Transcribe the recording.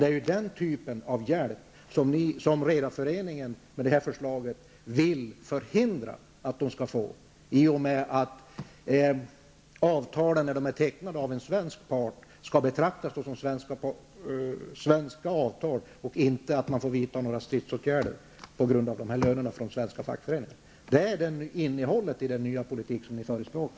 Det är den typen av hjälp som Redareföreningen med det här förslaget vill förhindra att de skall få, i och med att ett avtal som är tecknat av en svensk part skall betraktas som svenskt avtal. Det betyder att man inte får vidta några stridsåtgärder på grund av lönerna. Det är innehållet i den nya politik som ni förespråkar.